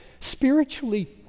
spiritually